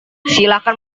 silahkan